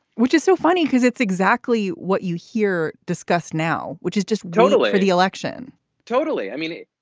which is so funny because it's exactly what you hear discussed now, which is just totally the election totally. i mean,